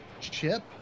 chip